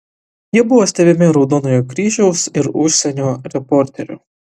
jie buvo stebimi raudonojo kryžiaus ir užsienio reporterių